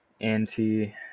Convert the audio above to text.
anti